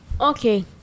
Okay